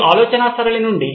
ఈ ఆలొచనా సరళి నుండి